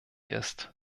ist